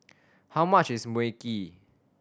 how much is Mui Kee